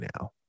now